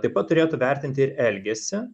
taip pat turėtų vertinti ir elgesį